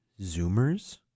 Zoomers